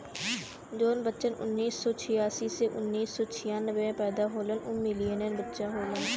जौन बच्चन उन्नीस सौ छियासी से उन्नीस सौ छियानबे मे पैदा होलन उ मिलेनियन बच्चा होलन